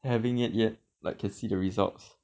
having it yet like can see the results